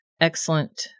excellent